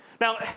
Now